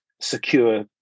secure